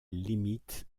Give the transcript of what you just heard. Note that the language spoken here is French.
limite